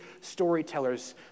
storytellers